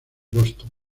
boston